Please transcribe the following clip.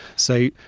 so,